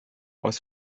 aus